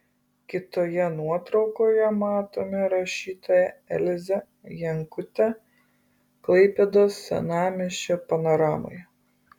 kitoje nuotraukoje matome rašytoją elzę jankutę klaipėdos senamiesčio panoramoje